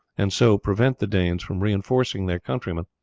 and so prevent the danes from reinforcing their countrymen,